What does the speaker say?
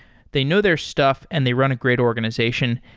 they know their stuff and they run a great organization.